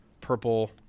purple